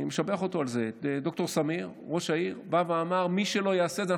אני משבח אותו על זה ד"ר סמיר ראש העיר בא ואמר: מי שלא יעשה את זה,